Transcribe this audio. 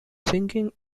singing